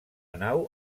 nau